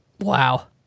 Wow